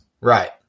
right